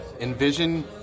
envision